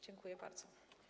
Dziękuję bardzo.